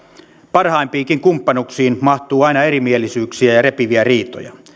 parhaimpiinkin kumppanuuksiin mahtuu erimielisyyksiä ja repiviä riitoja